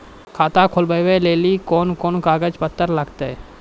खाता खोलबाबय लेली कोंन कोंन कागज पत्तर लगतै?